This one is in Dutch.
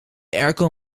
airco